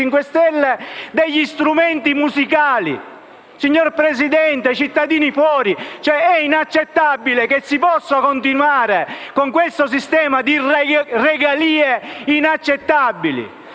5 Stelle quali: «strumenti musicali». Signor Presidente, cittadini fuori, è inaccettabile che si possa continuare con questo sistema di regalie. Tra le altre